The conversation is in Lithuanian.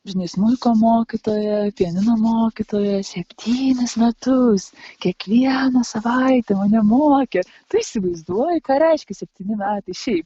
žinai smuiko mokytoja pianino mokytoja septynis metus kiekvieną savaitę mane mokė tu įsivaizduoji ką reiškia septyni metai šiaip